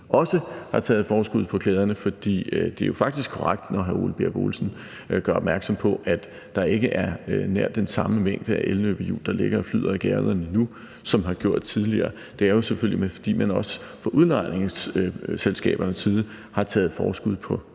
også har taget forskud på glæderne, for det er jo faktisk korrekt, når hr. Ole Birk Olesen gør opmærksom på, at der ikke er nær den samme mængde af elløbehjul, der ligger og flyder i gaderne nu, som der har været tidligere. Det er jo selvfølgelig, fordi man også fra udlejningsselskabernes side har taget forskud på nogle